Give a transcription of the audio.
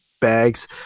bags